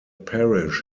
parish